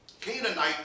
Canaanite